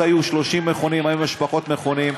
אז היו 30 מכונים, היום יש פחות מכונים.